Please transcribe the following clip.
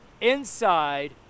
inside